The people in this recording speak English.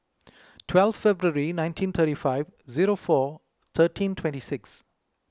twelve February nineteen thirty five zero four thirteen twenty six